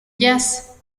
jazz